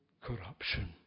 corruption